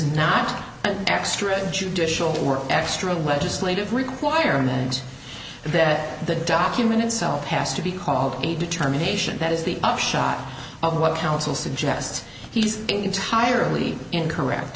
not an extra judicial or extra legislative requirement that the document itself has to be called a determination that is the upshot of what counsel suggests he's entirely incorrect